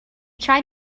tried